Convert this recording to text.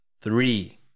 three